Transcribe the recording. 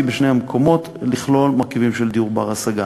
בשני המקומות לכלול מרכיבים של דיור בר-השגה.